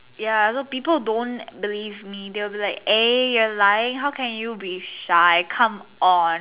ya people don't believe me eh you are lying how can you be shy come on